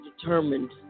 determined